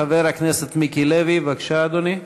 חבר הכנסת מיקי לוי, בבקשה, אדוני.